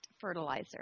fertilizer